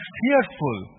fearful